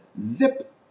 zip